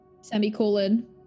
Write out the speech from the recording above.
semicolon